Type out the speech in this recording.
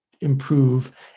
improve